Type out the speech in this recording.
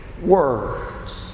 words